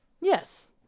Yes